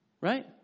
Right